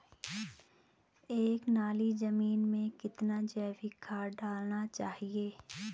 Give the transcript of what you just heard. एक नाली जमीन में कितना जैविक खाद डालना चाहिए?